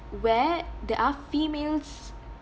where there are females